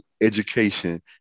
education